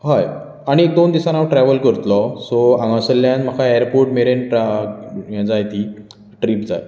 हय आनीक एक दोन दिसानी हांव ट्रेवल करतलों सो हांगासल्यान म्हाका एरपोर्ट मेरेन ये जाय ती ट्रिप जाय